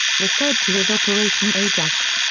referred to as operation ajax,